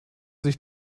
sich